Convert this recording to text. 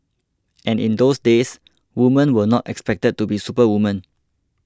and in those days women were not expected to be superwomen